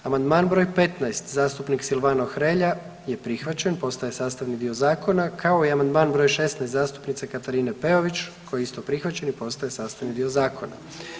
Amandman br. 15. zastupnik Silvano Hrelja je prihvaćen i postaje sastavni dio zakona, kao i amandman br. 16. zastupnice Katarine Peović koji je isto prihvaćen i postaje sastavni dio zakona.